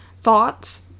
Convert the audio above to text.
Thoughts